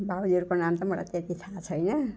भाइहरूको नाम पनि मलाई त्यति थाहा छैन